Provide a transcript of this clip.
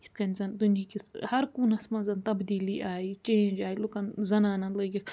یِتھ کٔنۍ زن دُنہٕکِس ہر کوٗنس منٛزن تبدیٖلی آیہِ چینٛج آیہِ لُکن زنانن لٲگِکھ